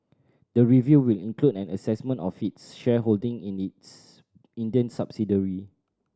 the review will include an assessment of its shareholding in its Indian subsidiary